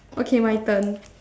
okay my turn